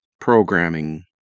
programming